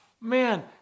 man